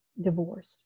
divorced